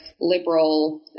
liberal